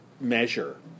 measure